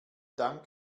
dank